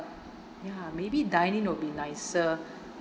ya maybe dine in will be nicer